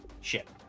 ship